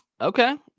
Okay